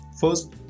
First